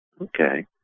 Okay